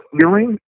feeling